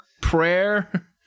prayer